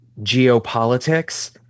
geopolitics